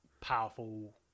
powerful